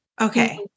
Okay